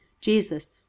Jesus